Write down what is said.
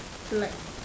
black